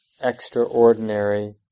extraordinary